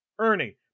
Ernie